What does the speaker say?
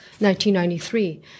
1993